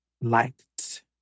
Liked